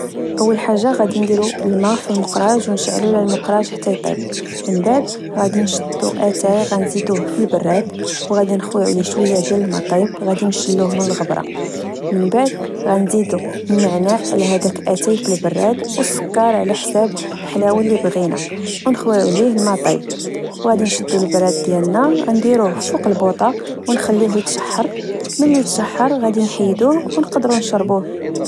أول حاجة غدي نديرو الما في المقراج ونشعلو على المقراج حتى يطيب، من بعد غدي نشدو أتاي غنزيدوه في البراد وغدي نخويو عليه شوية ديال الما طايب، غدي نشلوه من الغبرة، من بعد غنزيدو النعناع على هداك أتاي في البراد و السكر على حساب الحلاوة لبغينا أونخويو عليه الما طايب، وغدي نشدو البراد ديالنا وندروه فوق البوطة ونخليوه يتشحر، ملي يتشحر غدي نحيدوه أونقدرو نشربوه